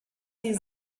sie